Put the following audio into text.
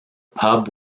pub